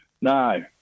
No